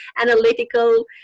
analytical